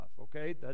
okay